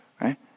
right